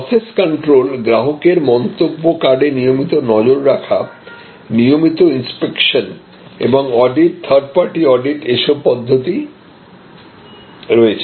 process control গ্রাহকের মন্তব্য কার্ডে নিয়মিত নজর রাখা নিয়মিত ইনস্পেকশন এবং অডিট থার্ড পার্টি অডিট এসব পদ্ধতি রয়েছে